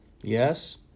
Yes